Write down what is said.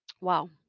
Wow